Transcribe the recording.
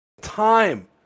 time